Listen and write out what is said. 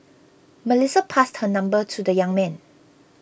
Melissa passed her number to the young man